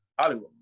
Hollywood